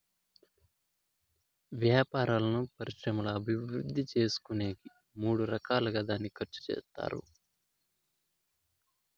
వ్యాపారాలను పరిశ్రమల అభివృద్ధి చేసుకునేకి మూడు రకాలుగా దాన్ని ఖర్చు చేత్తారు